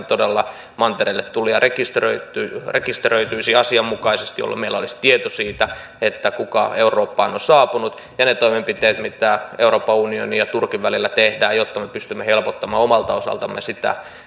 todella jokainen mantereelle tulija rekisteröityisi rekisteröityisi asianmukaisesti jolloin meillä olisi tieto siitä kuka eurooppaan on saapunut ja ne toimenpiteet mitä euroopan unionin ja turkin välillä tehdään jotta me pystymme helpottamaan omalta osaltamme sitä